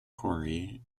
cory